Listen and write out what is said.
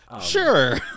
sure